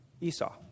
Esau